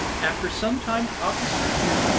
after some time the officer appeared,